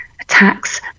attacks